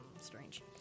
Strange